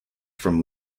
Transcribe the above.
from